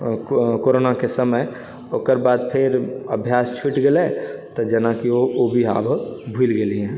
कोरोनाके समय ओकर बाद फेर अभ्यास छुटि गेलय तऽ जेनाकि ओ भी आब भुलि गेलियै हँ